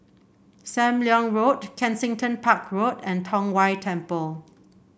Sam Leong Road Kensington Park Road and Tong Whye Temple